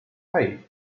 hey